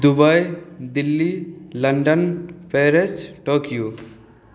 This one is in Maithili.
Dubai Delhi London Paris Tokyo